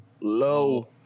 Low